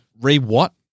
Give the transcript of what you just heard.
re-what